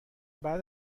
بعد